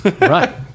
right